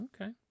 Okay